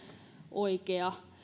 oikea